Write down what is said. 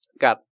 Got